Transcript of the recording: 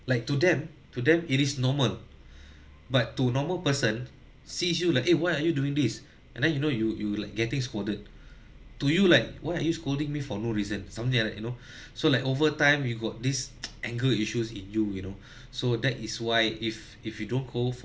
like to them to them it is normal but to normal person sees you like eh why are you doing this and then you know you you like getting scolded do you like why are you scolding me for no reason something like you know so like overtime we got this anger issues in you you know so that is why if if you don't go for